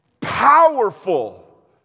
powerful